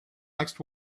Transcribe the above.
next